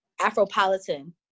afropolitan